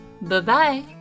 Bye-bye